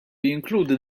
jinkludi